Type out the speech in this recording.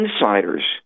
insiders